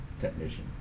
technician